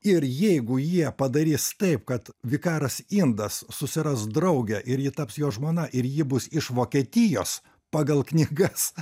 ir jeigu jie padarys taip kad vikaras indas susiras draugę ir ji taps jo žmona ir ji bus iš vokietijos pagal knygas